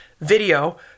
video